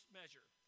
measure